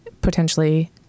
potentially